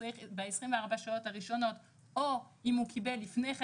צריך ב-24 שעות הראשונות או אם הוא קיבל לפני כן